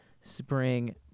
spring